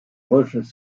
roches